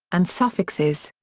and suffixes.